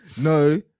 no